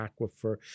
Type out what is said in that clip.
aquifer